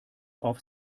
auf